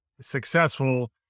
successful